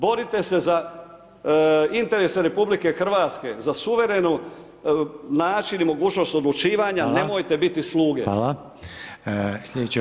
Borite se za interese RH, za suverenu, način i mogućnost odlučivanja, [[Upadica: Hvala.]] nemojte biti sluge.